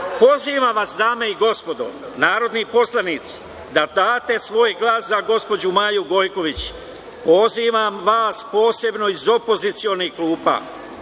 nije. Pozivam vas, dame i gospodo narodni poslanici, da date svoj glas za gospođu Maju Gojković, pozivam vas posebno iz opozicionih klupa,